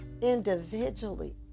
individually